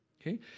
Okay